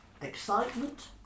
excitement